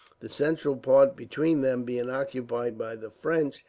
the central point between them being occupied by the french,